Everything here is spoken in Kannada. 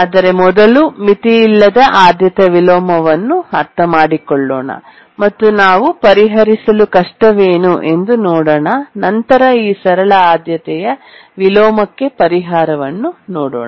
ಆದರೆ ಮೊದಲು ಮಿತಿಯಿಲ್ಲದ ಆದ್ಯತೆಯ ವಿಲೋಮವನ್ನು ಅರ್ಥಮಾಡಿಕೊಳ್ಳೋಣ ಮತ್ತು ನಾವು ಪರಿಹರಿಸಲು ಕಷ್ಟವೇನು ಎಂದು ನೋಡೋಣ ನಂತರ ಈ ಸರಳ ಆದ್ಯತೆಯ ವಿಲೋಮಕ್ಕೆ ಪರಿಹಾರವನ್ನು ನೋಡುತ್ತೇವೆ